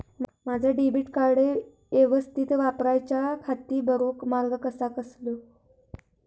माजा debit card यवस्तीत वापराच्याखाती बरो मार्ग कसलो?